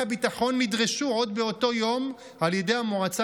עוד באותו יום נדרשו גורמי הביטחון על ידי המועצה